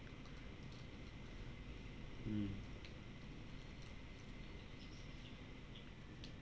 mm